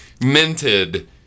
minted